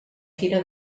fira